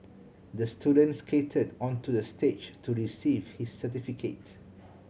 the student skated onto the stage to receive his certificate